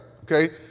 okay